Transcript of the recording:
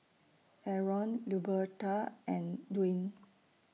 Arron Luberta and Dwaine